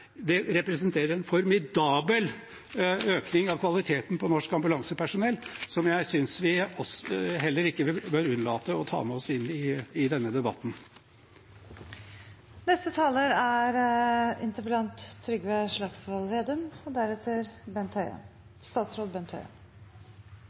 Det representerer en formidabel økning i kvaliteten på norsk ambulansepersonell, som jeg synes vi ikke bør unnlate å ta med oss inn i denne debatten. Jeg skjønte på siste innlegg at jeg var både selvhøytidelig og irritert, men jeg er verken selvhøytidelig – jeg håper i